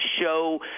show